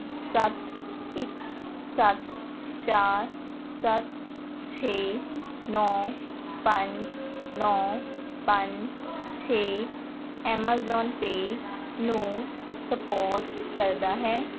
ਸੱਤ ਇੱਕ ਸੱਤ ਚਾਰ ਸੱਤ ਛੇ ਨੌ ਪੰਜ ਨੌ ਪੰਜ ਛੇ ਐਮਾਜ਼ੋਨ ਪੇ ਨੂੰ ਸਪੋਰਟ ਕਰਦਾ ਹੈ